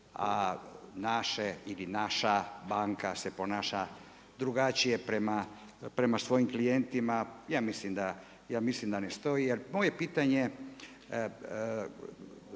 a naše ili naša banka se ponaša drugačije prema svojim klijentima ja mislim da ne stoji. Moje pitanje